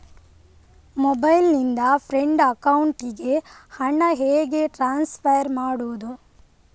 Mobile ನಿಂದ friend ಅಕೌಂಟಿಗೆ ಹಣ ಹೇಗೆ ಟ್ರಾನ್ಸ್ಫರ್ ಮಾಡುವುದು?